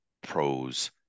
pros